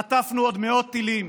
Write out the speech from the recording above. חטפנו עוד מאות טילים,